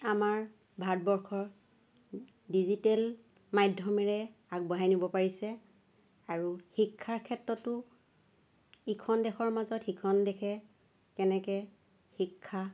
আমাৰ ভাৰতবৰ্ষৰ ডিজিটেল মাধ্যমেৰে আগবঢ়াই নিব পাৰিছে আৰু শিক্ষাৰ ক্ষেত্ৰতো ইখন দেশৰ মাজতো সিখন দেশে কেনেকৈ শিক্ষা